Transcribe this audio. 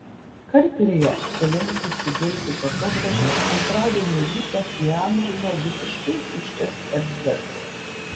karklėje apsilankiusi delfi fotografė antradienio rytą įamžino visiškai tuščias erdves